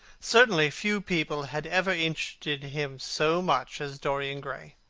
certainly few people had ever interested him so much as dorian gray,